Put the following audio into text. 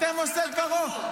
אתם עושי דברו.